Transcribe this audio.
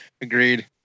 Agreed